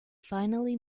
finally